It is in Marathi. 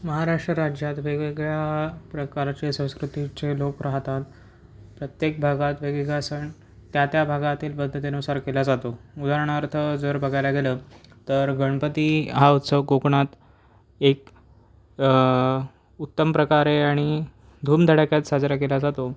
महाराष्ट्र राज्यात वेगवेगळ्या प्रकारचे संस्कृतीचे लोक राहतात प्रत्येक भागात वेगवेगळा सण त्या त्या भागातील पद्धतीनुसार केला जातो उदाहरणार्थ जर बघायला गेलं तर गणपती हा उत्सव कोकणात एक उत्तम प्रकारे आणि धूमधडक्यात साजरा केला जातो